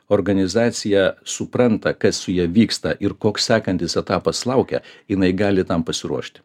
organizacija supranta kas su ja vyksta ir koks sekantis etapas laukia jinai gali tam pasiruošti